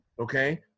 okay